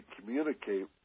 communicate